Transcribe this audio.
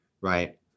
right